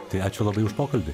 tai ačiū labai už pokalbį